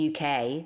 UK